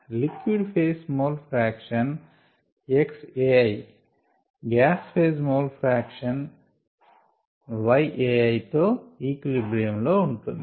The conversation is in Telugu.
liquid phase mole fraction xAi gas phase mole fraction yAiతో ఈక్విలిబ్రియం లో ఉంటుంది